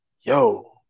yo